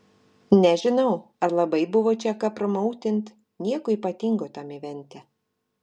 nežinau ar labai buvo čia ką promautint nieko ypatingo tam evente